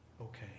okay